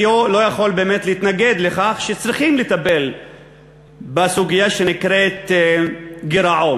אני לא יכול באמת להתנגד לכך שצריכים לטפל בסוגיה שנקראת גירעון,